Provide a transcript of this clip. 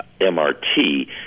mrt